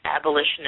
abolitionist